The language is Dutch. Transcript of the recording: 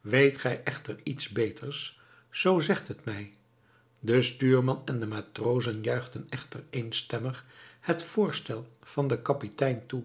weet gij echter iets beters zoo zegt het mij de stuurman en de matrozen juichten echter eenstemmig het voorstel van den kapitein toe